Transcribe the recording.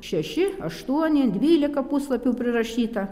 šeši aštuoni dvylika puslapių prirašyta